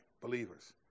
believers